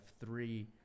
three